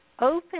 Open